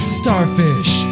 starfish